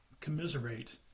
commiserate